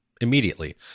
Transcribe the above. immediately